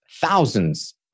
thousands